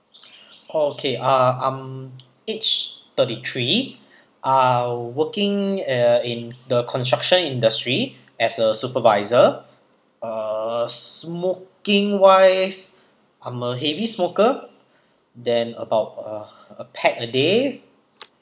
okay ah I'm age thirty three uh working uh in the construction industry as a supervisor uh smoking wise I'm a heavy smoker then about uh a pack a day